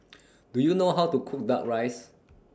Do YOU know How to Cook Duck Rice